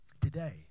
Today